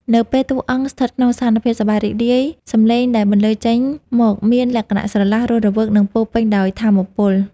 នៅពេលតួអង្គស្ថិតក្នុងស្ថានភាពសប្បាយរីករាយ សំឡេងដែលបន្លឺចេញមកមានលក្ខណៈស្រឡះ រស់រវើក និងពោពេញដោយថាមពល។